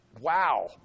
wow